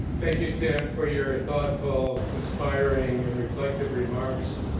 thank you tim for your thoughtful, inspiring, and reflective remarks.